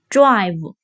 Drive